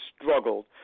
struggled